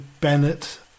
Bennett